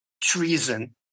treason